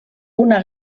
una